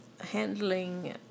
handling